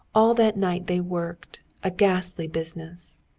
all that night they worked, a ghastly business.